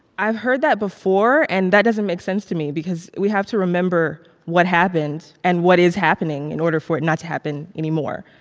i've heard that before, and that doesn't make sense to me because we have to remember what happened and what is happening in order for it not to happen anymore.